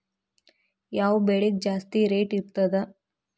ಯಾವ ಬೆಳಿಗೆ ಜಾಸ್ತಿ ರೇಟ್ ಇರ್ತದ?